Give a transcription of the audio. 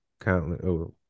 countless